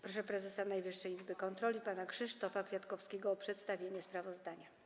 Proszę prezesa Najwyższej Izby Kontroli pana Krzysztofa Kwiatkowskiego o przedstawienie sprawozdania.